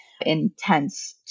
intense